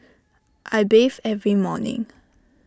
I bathe every morning